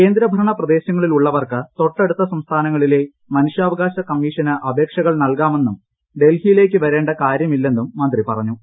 കേന്ദ്രഭരണ പ്രദേശങ്ങളിലുളളവർക്ക് തൊട്ടടുത്ത സംസ്ഥാനങ്ങളിലെ മനുഷ്യാവകാശ കമ്മീഷന് അപേക്ഷകൾ നൽകാമെന്നും ഡൽഹിയിലേയ്ക്ക് വരേണ്ട കാര്യമില്ലെന്നും മന്ത്രി പറഞ്ഞു